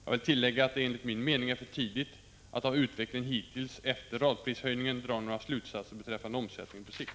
Jag vill tillägga att det enligt min mening är för tidigt att av utvecklingen hittills efter radprishöjningen dra några slutsatser beträffande omsättningen på sikt.